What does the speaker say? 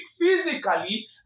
physically